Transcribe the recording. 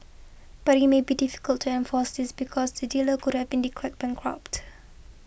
but it may be difficult to enforce this because the dealer could have been declared bankrupt